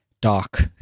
dark